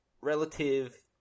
relative